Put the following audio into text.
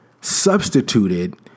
substituted